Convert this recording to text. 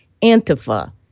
Antifa